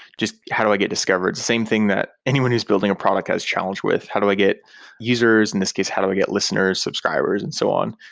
just how do i get discovered, same thing that anyone who's building a product has challenge with. how do i get users? in this case, how do i get listeners, subscribers and so on?